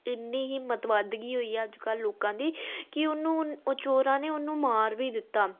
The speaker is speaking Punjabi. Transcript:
ਇੰਨੀ ਹਿੰਮਤ ਵੱਧ ਗਈ ਹੋਈ ਆ ਅੱਜ ਕੱਲ੍ਹ ਲੋਕਾਂ ਦੀ ਕਿ ਉਹਨੂੰ ਉਹ ਚੋਰਾਂ ਨੇ ਉਹਨੂੰ ਮਾਰ ਵੀ ਦਿੱਤਾ